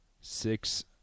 six